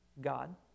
God